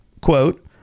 quote